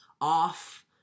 off